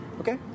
Okay